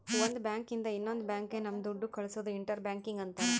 ಒಂದ್ ಬ್ಯಾಂಕ್ ಇಂದ ಇನ್ನೊಂದ್ ಬ್ಯಾಂಕ್ ಗೆ ನಮ್ ದುಡ್ಡು ಕಳ್ಸೋದು ಇಂಟರ್ ಬ್ಯಾಂಕಿಂಗ್ ಅಂತಾರ